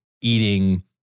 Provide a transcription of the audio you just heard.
eating